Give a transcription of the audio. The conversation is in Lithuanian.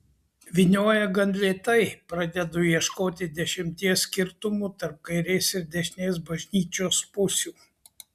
vynioja gan lėtai pradedu ieškoti dešimties skirtumų tarp kairės ir dešinės bažnyčios pusių